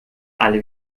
alle